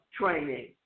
training